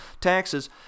taxes